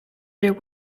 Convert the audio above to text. there